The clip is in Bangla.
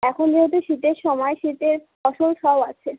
এখন যেহেতু শীতের সময় শীতের ফসল সব আছে